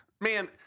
man